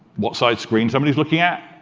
what size screen somebody is looking at,